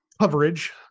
coverage